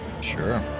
Sure